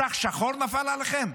מסך שחור נפל עליכם?